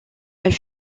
elle